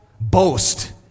boast